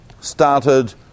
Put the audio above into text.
started